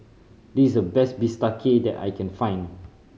this is the best bistake that I can find